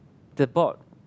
the board